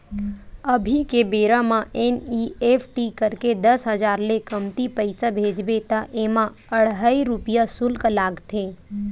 अभी के बेरा म एन.इ.एफ.टी करके दस हजार ले कमती पइसा भेजबे त एमा अढ़हइ रूपिया सुल्क लागथे